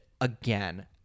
again